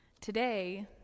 Today